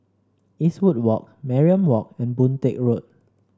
Eastwood Walk Mariam Walk and Boon Teck Road